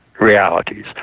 realities